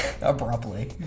abruptly